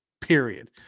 period